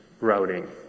routing